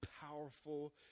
powerful